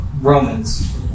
Romans